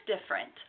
different